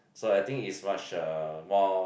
so I think is much uh more